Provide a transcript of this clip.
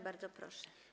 Bardzo proszę.